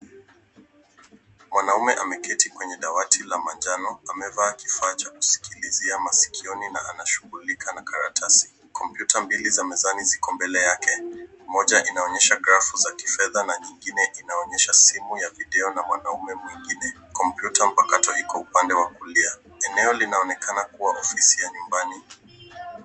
Mwanaume ameketi kwenye dawati la manjano. Amevaa kifaa cha kusikilizia masikioni na anashughulika na karatasi. Kompyuta mbili za mezani ziko mbele yake. Moja inaonyesha grafu za kifedha na nyingine inaonyesha simu ya video na mwanaume mwingine. Kompyuta mpakato iko upande wa kulia. Eneo linaonekana kuwa ofisi ya nyumbani.